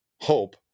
hope